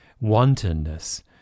wantonness